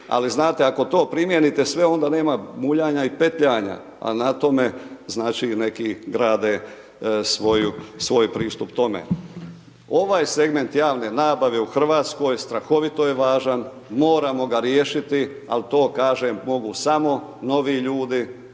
Ali znate, ako to primijenite sve onda nema muljanja i petljanja a na tome znači i neki grade svoj pristup tome. Ovaj segment javne nabave u Hrvatskoj strahovito je važan, moramo ga riješiti ali to kažem mogu samo novi ljudi